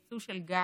יצוא של גז.